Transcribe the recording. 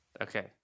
Okay